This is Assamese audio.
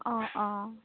অঁ অঁ